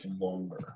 longer